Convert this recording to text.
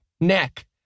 neck